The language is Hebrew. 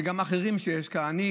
וגם האחרים שיש כאן,